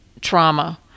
trauma